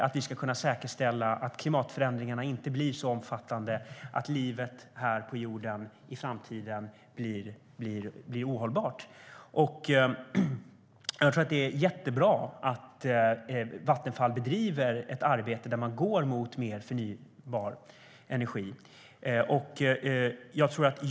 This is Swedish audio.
Vi måste kunna säkerställa att klimatförändringarna inte blir så omfattande att livet här på jorden i framtiden blir ohållbart. Jag tror att det är jättebra att Vattenfall bedriver ett arbete där man går mot mer förnybar energi.